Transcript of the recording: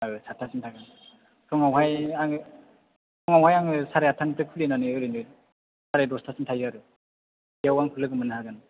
ओं सातथासिम थागोन फुङावहाय आङो साराय आदथानिफ्राय खुलिनानै ओरैनो साराय दसथासिम थायो आरो बेयाव आंखौ लोगो मोननो हागोन